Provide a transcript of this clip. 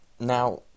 Now